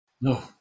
No